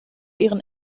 ihren